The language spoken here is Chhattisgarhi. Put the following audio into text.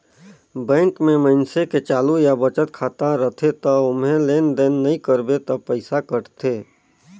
बैंक में मइनसे के चालू या बचत खाता रथे त ओम्हे लेन देन नइ करबे त पइसा कटथे